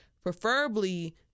preferably